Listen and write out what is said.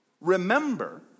Remember